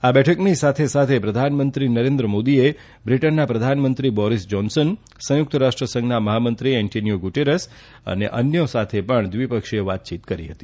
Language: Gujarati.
આ બેઠકની સાથે સાથે પ્રધાનમંત્રી નરેન્દ્રમોદીએ બ્રિટનના પ્રધાનમંત્રી બોરીસ જાન્સન સંયુક્ત રાષ્ટ્રસંઘના મહામંત્રી એન્ટોનીયો ગુટેરસ અને અન્યો સાથે દ્વિપક્ષીય વાતયીત પણ કરી હતી